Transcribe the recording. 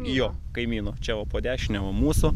jo kaimyno čia va po dešine va mūsų